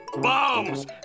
bombs